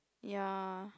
ya